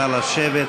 נא לשבת.